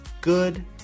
good